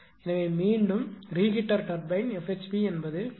எனவே மீண்டும் reheater turbine F Hp என்பது 1